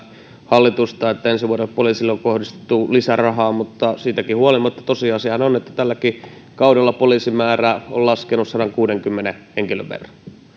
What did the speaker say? hallitusta että ensi vuodelle poliisille on kohdistettu lisärahaa mutta siitäkin huolimatta tosiasiahan on että tälläkin kaudella poliisimäärä on laskenut sadankuudenkymmenen henkilön verran